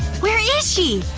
where is she?